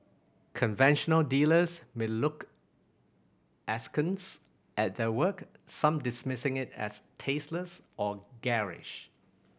conventional dealers may look askance at their work some dismissing it as tasteless or garish